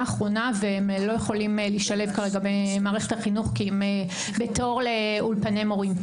האחרונה ולא יכולים להשתלב במערכת החינוך כי הם בתור לאולפני מורים.